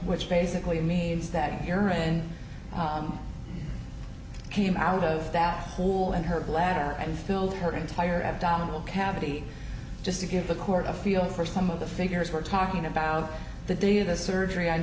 which basically means that you're in came out of that pool and her bladder and filled her entire abdominal cavity just to give the court a feel for some of the figures we're talking about the day of the surgery on